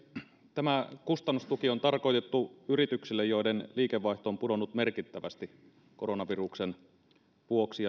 tämä kustannustuki on tarkoitettu yrityksille joiden liikevaihto on pudonnut merkittävästi koronaviruksen vuoksi